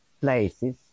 places